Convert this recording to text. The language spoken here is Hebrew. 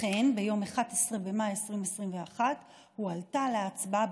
לכן, ביום 11 במאי 2021 הועלתה להצבעה